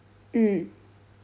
mm